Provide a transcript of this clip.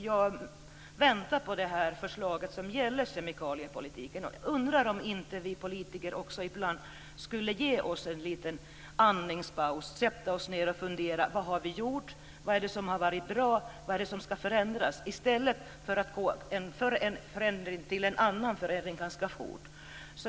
Jag väntar på förslaget som gäller kemikaliepolitiken och undrar också om inte vi politiker ibland skulle ge oss en liten andningspaus, sätta oss ned och fundera vad vi har gjort, vad det är som har varit bra och vad är det är som ska förändras i stället för att gå från en förändring till en annan ganska fort.